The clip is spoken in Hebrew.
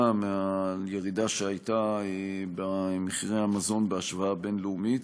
מהירידה שהייתה במחירי המזון בהשוואה בין-לאומית.